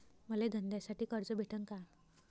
मले धंद्यासाठी कर्ज भेटन का?